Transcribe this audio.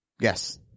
Yes